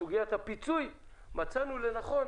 רק על הפיצוי הייתי מוכן.